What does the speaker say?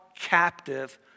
captive